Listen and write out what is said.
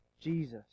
Jesus